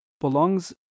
belongs